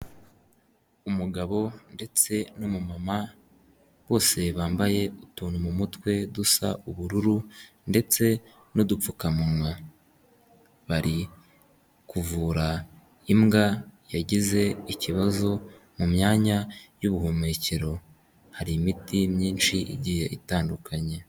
Umugabo ndetse n'umama bose bambaye utuntu mu mutwe dusa ubururu ndetse n'udupfukamunwa bari kuvura imbwa yagize ikibazo mu myanya y'ubuhumekero hari imiti myinshi igiye itandukanye.